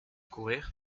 courir